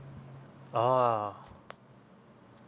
oh